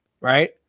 right